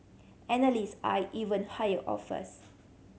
analyst eyed even higher offers